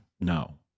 No